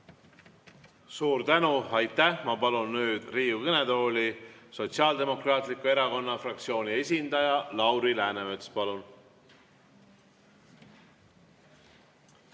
Suur tänu, aitäh! Ma palun nüüd Riigikogu kõnetooli Sotsiaaldemokraatliku Erakonna fraktsiooni esindaja Lauri Läänemetsa. Palun